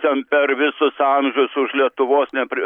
ten per visus amžius už lietuvos nepri